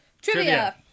Trivia